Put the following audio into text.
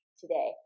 today